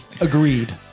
agreed